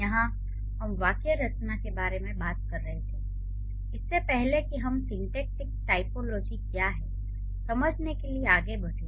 यहाँ हम वाक्य रचना के बारे में बात कर रहे थे इससे पहले कि हम सिन्टैक्टिक टाइपोलॉजी क्या है समझने के लिए आगे बढ़ें